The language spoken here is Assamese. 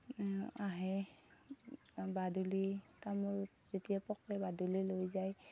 আহে বাদুলি তামোল যেতিয়া পকে বাদুলিয়ে লৈ যায়